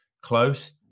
close